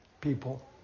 people